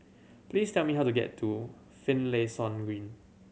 please tell me how to get to Finlayson Green